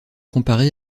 comparé